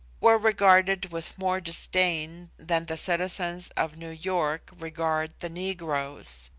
were regarded with more disdain than the citizens of new york regard the negroes.